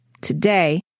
Today